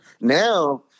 Now